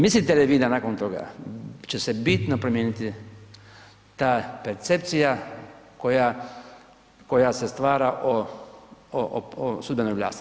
Mislite li vi da nakon toga će se bitno promijeniti ta percepcija koja se stvara o sudbenoj vlasti?